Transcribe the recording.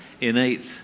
innate